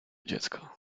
dziecko